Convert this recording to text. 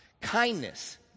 Kindness